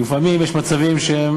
כי לפעמים יש מצבים שהם